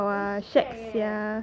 very shag eh